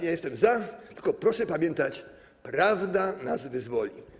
Ja jestem za, tylko proszę pamiętać: prawda nas wyzwoli.